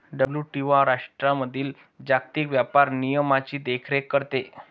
WTO राष्ट्रांमधील जागतिक व्यापार नियमांची देखरेख करते